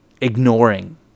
ignoring